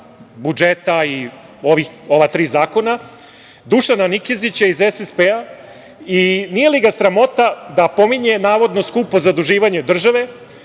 budžeta i ova tri zakona, Dušana Nikezića iz SSP-a – nije li ga sramota da pominje, navodno skupo zaduživanje države